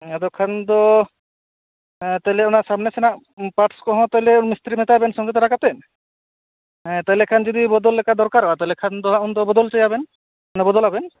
ᱦᱮᱸ ᱟᱫᱚ ᱠᱷᱟᱱ ᱫᱚ ᱛᱟᱦᱚᱞᱮ ᱚᱱᱟ ᱥᱟᱢᱱᱮ ᱥᱮᱱᱟᱜ ᱯᱟᱴᱥ ᱠᱚᱦᱚᱸ ᱛᱳ ᱞᱟᱭ ᱢᱤᱥᱛᱤᱨᱤ ᱢᱮᱛᱟᱭ ᱵᱮᱱ ᱥᱚᱸᱜᱮ ᱛᱚᱨᱟ ᱠᱟᱛᱮᱫ ᱦᱮᱸ ᱛᱟᱦᱚᱞᱮ ᱠᱷᱟᱱ ᱡᱩᱫᱤ ᱵᱚᱫᱚᱞ ᱞᱮᱠᱟ ᱫᱚᱨᱠᱟᱨᱚᱜᱼᱟ ᱛᱟᱦᱚᱞᱮ ᱠᱷᱟᱱ ᱫᱚ ᱦᱟᱜ ᱩᱱᱫᱚ ᱵᱚᱫᱚᱞ ᱚᱪᱚᱭᱮᱭᱟ ᱵᱮᱱ ᱚᱱᱟ ᱵᱚᱫᱚᱞᱟᱜ ᱵᱮᱱ